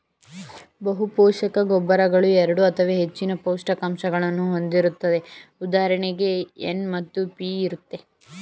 ಬಹುಪೋಷಕ ಗೊಬ್ಬರಗಳು ಎರಡು ಅಥವಾ ಹೆಚ್ಚಿನ ಪೋಷಕಾಂಶಗಳನ್ನು ಹೊಂದಿರುತ್ತದೆ ಉದಾಹರಣೆಗೆ ಎನ್ ಮತ್ತು ಪಿ ಇರುತ್ತೆ